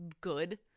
good